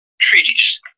treaties